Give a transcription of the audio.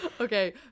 Okay